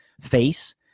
face